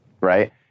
right